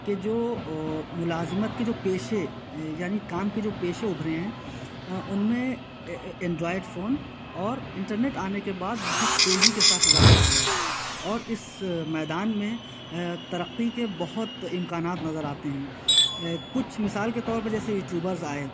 کہ جو ملازمت کی جو پیشے یعنی کام کے جو پیشے ابھرے ہیں ان میں اندرائڈ فون اور انٹرنیٹ آنے کے بعد بہت تیزی کے ساتھ اضافہ ہوا اور اس میدان میں ترقی کے بہت امکانات نظر آتے ہیں کچھ مثال کے طور پر جیسے یوٹیوبرز آئے